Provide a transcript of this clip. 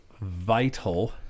vital